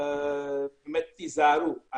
היזהרו.